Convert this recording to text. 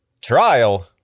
Trial